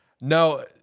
No